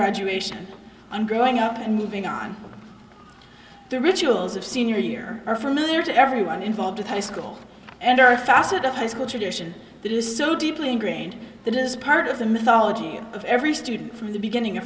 graduation and growing up and moving on the rituals of senior year are familiar to everyone involved with high school and are a facet of the school tradition that is so deeply ingrained that is part of the mythology of every student from the beginning a